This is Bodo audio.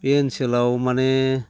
बे ओनसोलाव माने